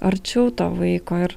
arčiau to vaiko ir